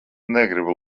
negribu